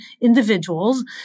individuals